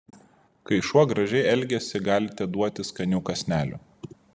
kai šuo gražiai elgiasi galite duoti skanių kąsnelių